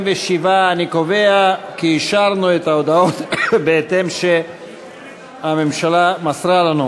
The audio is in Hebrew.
47. אני קובע כי אישרנו את ההודעות שהממשלה מסרה לנו.